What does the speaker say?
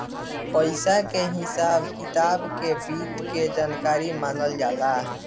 पइसा के हिसाब किताब के वित्त के जानकारी मानल जाला